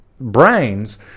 brains